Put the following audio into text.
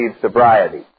sobriety